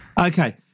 Okay